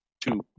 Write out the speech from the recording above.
two